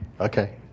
Okay